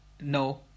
No